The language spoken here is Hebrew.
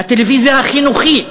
הטלוויזיה החינוכית,